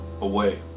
away